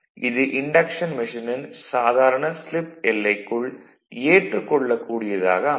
இது இன்டக்ஷன் மெஷினின் சாதாரண ஸ்லிப் எல்லைக்குள் ஏற்றுக் கொள்ளக் கூடியதாக அமையும்